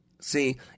See